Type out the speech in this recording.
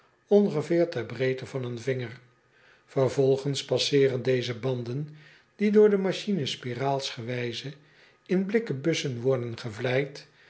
ongeveer ter breedte van een vinger ervolgens passeeren deze banden die door de machines spiraalsgewijze in blikken bussen worden gevlijd